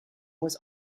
was